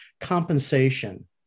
compensation